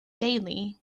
daily